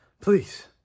please